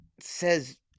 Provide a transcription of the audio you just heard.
says